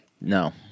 No